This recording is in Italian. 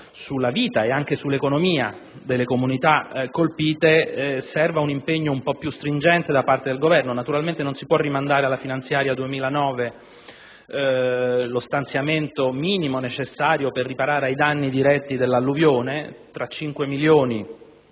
sulla vita e sull'economia delle comunità colpite, serve un impegno un po' più stringente da parte del Governo. Non si può rimandare alla finanziaria 2009 lo stanziamento minimo necessario per riparare ai danni diretti dell'alluvione. Tra 5 milioni